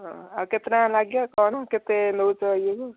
ହଁ ଆଉ କେତେ ଟଙ୍କା ଲାଗିବ କ'ଣ କେତେ ନେଉଛ ଇଏ କୁ